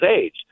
age